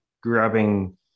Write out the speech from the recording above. grabbing